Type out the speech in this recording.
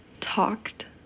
talked